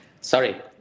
sorry